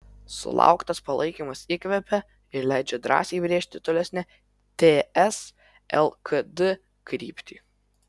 sulauktas palaikymas įkvepia ir leidžia drąsiai brėžti tolesnę ts lkd kryptį